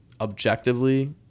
objectively